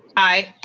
aye.